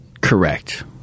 Correct